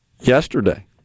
yesterday